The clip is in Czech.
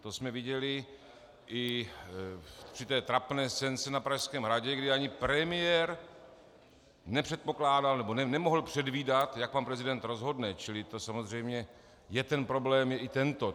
To jsme viděli i při té trapné scénce na Pražském hradě, kdy ani premiér nepředpokládal, nebo nemohl předvídat, jak pan prezident rozhodne, čili to samozřejmě je problém i tento.